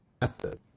method